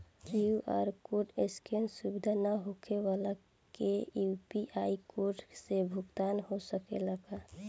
QR code scan सुविधा ना होखे वाला के यू.पी.आई कोड से भुगतान हो सकेला का?